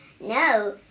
No